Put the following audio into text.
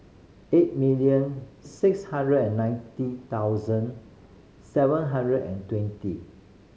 eight million six hundred and ninety thousand seven hundred and twenty